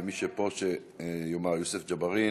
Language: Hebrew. ומי שפה שיאמר: יוסף ג'בארין,